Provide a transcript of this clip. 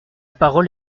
parole